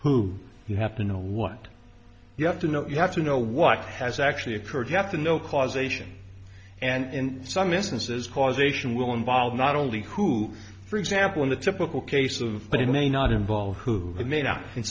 who you have to know what you have to know you have to know what has actually occurred you have to know causation and in some instances causation will involve not only who for example in the typical case of but in a not in ball who may not